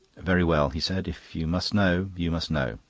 very well, he said, if you must know, you must know.